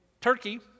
Turkey